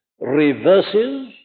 reverses